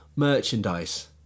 merchandise